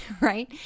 right